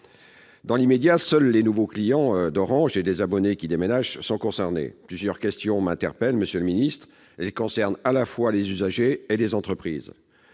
Dans l'immédiat, seuls les nouveaux clients d'Orange et les abonnés qui déménagent sont concernés. Plusieurs questions m'interpellent. Cela concerne à la fois les usagers et les entreprises.